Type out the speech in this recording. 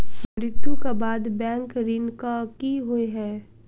मृत्यु कऽ बाद बैंक ऋण कऽ की होइ है?